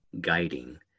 guiding